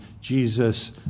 Jesus